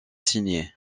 signés